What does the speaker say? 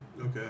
Okay